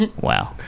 Wow